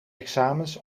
examens